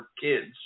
kids